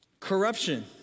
Corruption